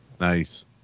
Nice